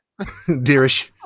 Deerish